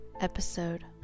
episode